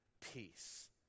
peace